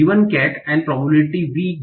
cat और probability V